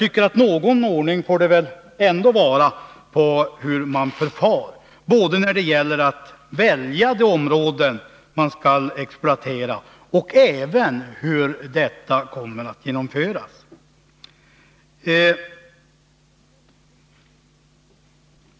Men någon ordning får det väl ändå vara i fråga om förfaringssättet, både när det gäller valet av de områden som skall exploateras och när det gäller sättet att genomföra detta.